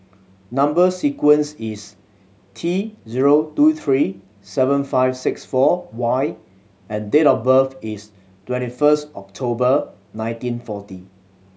number sequence is T zero two three seven five six four Y and date of birth is twenty first October nineteen forty